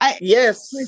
Yes